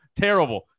terrible